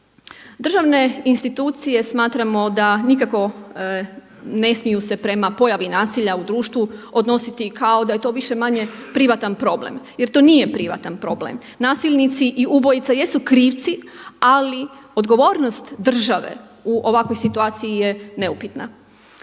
Državne institucije smatramo da nikako ne smiju se prema pojavi nasilja u društvo odnositi kao da je to više-manje privatan problem, jer to nije privatan problem. Nasilnici i ubojica jesu krivci, ali odgovornost države u ovakvoj situacije neupitana.